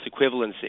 equivalency